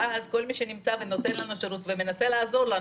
ואז כל מי שנמצא ונותן לנו שירות ומנסה לעזור לנו,